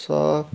صاف